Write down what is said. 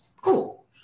Cool